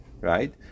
Right